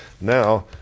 Now